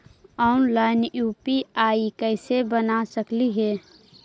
Online UPI कैसे बना सकली ही?